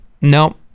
no